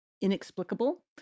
inexplicable